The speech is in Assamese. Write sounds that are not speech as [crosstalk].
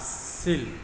[unintelligible]